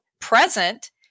present